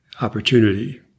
opportunity